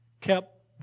kept